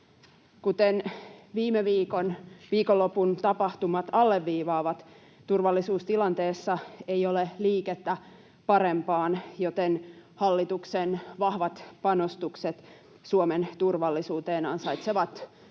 Kuten viime viikon viikonlopun tapahtumat alleviivaavat, turvallisuustilanteessa ei ole liikettä parempaan, joten hallituksen vahvat panostukset Suomen turvallisuuteen ansaitsevat vahvan